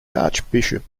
archbishop